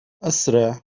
أسرع